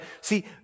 see